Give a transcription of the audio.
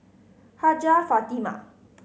Hajjah Fatimah